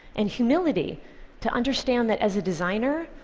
and humility to understand that as a designer,